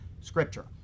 scripture